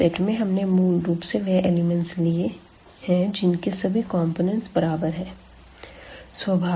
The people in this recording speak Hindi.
तो इस सेट में हमने मूल रूप से वह एलिमेंट्स लिए जिनके सभी कॉम्पोनेंटस बराबर है